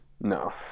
No